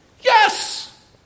Yes